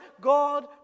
god